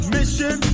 Mission